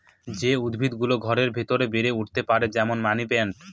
যে উদ্ভিদ গুলো ঘরের ভেতরে বেড়ে উঠতে পারে, যেমন মানি প্লান্ট